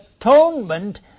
atonement